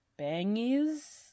bangies